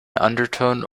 undertone